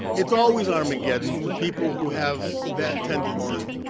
it's always armageddon for people who have that tendency,